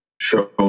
show